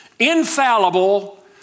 infallible